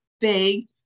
big